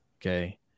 okay